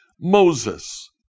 Moses